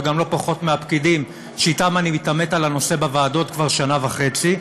וגם לא פחות מהפקידים שאתם אני מתעמת על הנושא בוועדות כבר שנה וחצי.